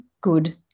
good